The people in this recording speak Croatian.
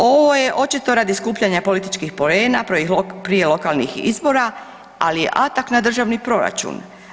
Ovo je očito radi skupljanja političkih poena prije lokalnih izbora, ali je atak na državni proračun.